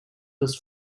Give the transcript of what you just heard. was